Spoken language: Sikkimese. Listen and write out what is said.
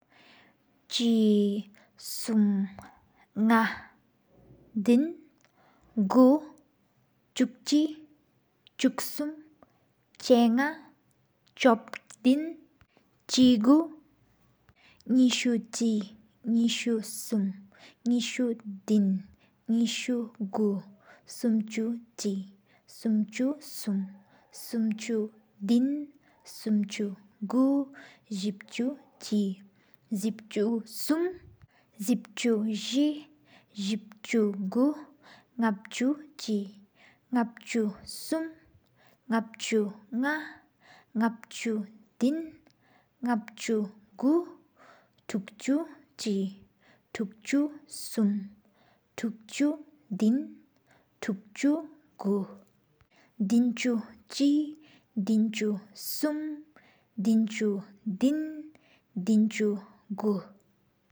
གཅིག། གསུམ། དངུལ། གཉིས། བརྒྱད། བཅུ་གྱི་གཅིག། བཅུ་གསུམ། བཅོ་དགུཔོ་ཞིང་། བཅོ་དགུ། ཉི་མ་གཅིག་པ་། ཉི་མ་གསུམ། ཉི་མ་བཅུ། ཉི་མ་དགུ། གསུམ་དང་གཅིག། གསུམ་དང་གསུམ། གསུམ་དང་གཉིས། གསུམ་དང་དགུ། བཞི་དང་གཅིག། བཞི་དང་གསུམ། བཞི་དང་བཅུ༤། བཞི་དང་དགུ། དངུལ་དང་གཅིག། དངུལ་དང་གསུམ། དངུལ་དང་གཉིས། དངུལ་དང་དགུ། བཅུ་དང་གཅིག།